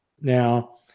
Now